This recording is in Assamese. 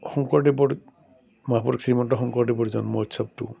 শংকৰদেৱৰ মহাপুৰুষ শ্ৰীমন্ত শংকৰদেৱৰ জন্ম উৎসৱটো